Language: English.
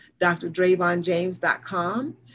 drdravonjames.com